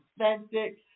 authentic